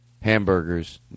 hamburgers